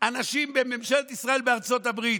אנשים בממשלת ישראל בארצות הברית.